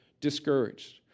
discouraged